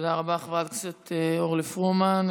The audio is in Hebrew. תודה רבה, חברת הכנסת אורלי פרומן.